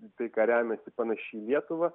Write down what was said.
į tai ką remiasi panaši į lietuvą